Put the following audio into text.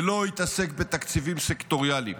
ולא יתעסק בתקציבים סקטוריאליים?